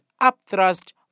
upthrust